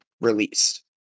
released